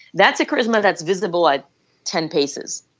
that's a charisma that's visible at ten paces.